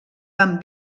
tan